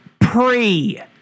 Pre